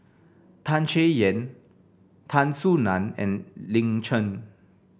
Tan Chay Yan Tan Soo Nan and Lin Chen